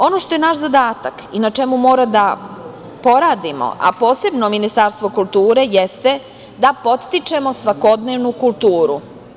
Ono što je naš zadatak i na čemu moramo da poradimo, a posebno Ministarstvo kulture, jeste da podstičemo svakodnevnu kulturu.